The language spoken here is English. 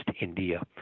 India